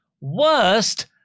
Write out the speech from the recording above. worst